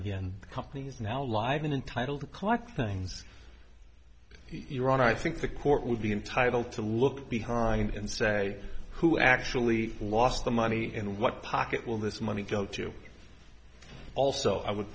the companies now live in entitled to collect things you're on i think the court would be entitled to look behind and say who actually lost the money and what pocket will this money go to also i would